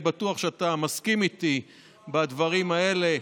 אני בטוח שאתה מסכים איתי בדברים האלה.